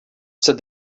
said